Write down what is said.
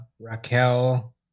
Raquel